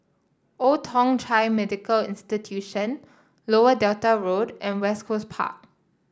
Old Thong Chai Medical Institution Lower Delta Road and West Coast Park